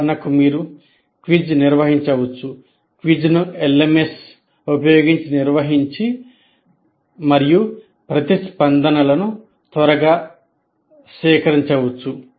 ఉదాహరణకు మీరు క్విజ్ నిర్వహించవచ్చు క్విజ్ ను LMS ఉపయోగించి నిర్వహించి మరియు ప్రతిస్పందనలను త్వరగా సేకరించవచ్చు